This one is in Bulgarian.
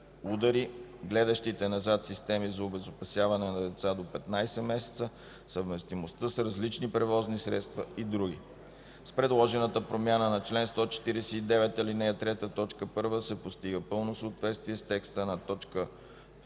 удари, гледащите назад системи за обезопасяване на деца до 15 месеца, съвместимостта с различни превозни средства и други. С предложената промяна на чл. 149, ал. 3, т. 1 се постига пълно съответствие с текста от т.